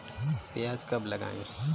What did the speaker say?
प्याज कब लगाएँ?